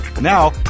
Now